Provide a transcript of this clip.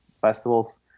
festivals